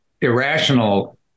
irrational